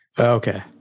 okay